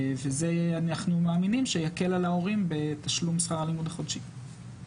וזה אנחנו מאמינים שיקל על ההורים בתשלום שכר הלימוד החודשי.